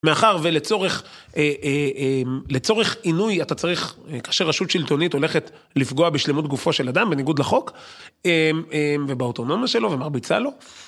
מאחר ולצורך עינוי אתה צריך, כאשר רשות שלטונית הולכת לפגוע בשלמות גופו של אדם, בניגוד לחוק ובאוטונומיה שלו ומרביצה לו.